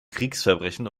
kriegsverbrechen